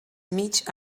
mig